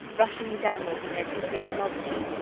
rushing downwards in their glittering multitude,